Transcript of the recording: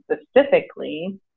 specifically